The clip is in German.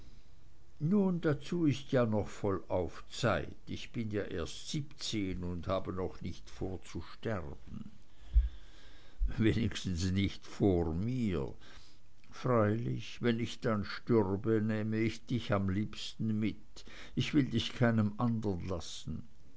nun dazu ist ja noch vollauf zeit ich bin ja erst siebzehn und habe noch nicht vor zu sterben wenigstens nicht vor mir freilich wenn ich dann stürbe nähme ich dich am liebsten mit ich will dich keinem andern lassen